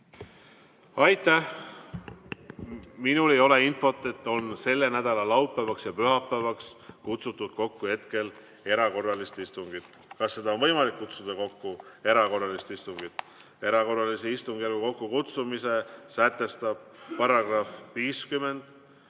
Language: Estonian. Aitäh! Minul ei ole infot, et selle nädala laupäevaks ja pühapäevaks oleks kutsutud kokku erakorralist istungit. Kas on võimalik kutsuda kokku erakorralist istungit? Erakorralise istungjärgu kokkukutsumise sätestavad §-d 50,